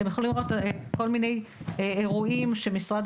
אתם יכולים לראות כל מיני אירועים שמשרד